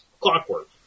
clockwork